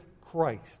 Christ